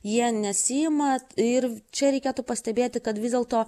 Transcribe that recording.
jie nesiima ir čia reikėtų pastebėti kad vis dėlto